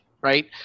right